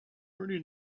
already